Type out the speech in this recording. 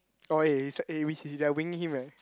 orh eh is like eh which is they are winging him eh